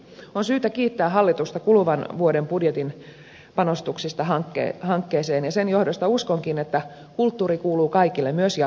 on syytä kiittää hallitusta kuluvan vuoden budjetin panostuksista hankkeeseen ja sen johdosta uskonkin että kulttuuri kuuluu kaikille myös jatkossa